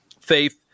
faith